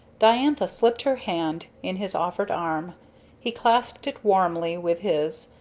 diantha slipped her hand in his offered arm he clasped it warmly with his,